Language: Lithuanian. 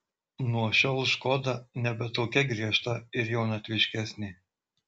nuo šiol škoda nebe tokia griežta ir jaunatviškesnė